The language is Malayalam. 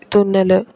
തുന്നൽ